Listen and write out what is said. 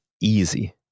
easy